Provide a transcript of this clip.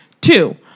Two